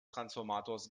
transformators